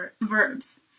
verbs